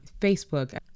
Facebook